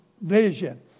Vision